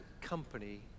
company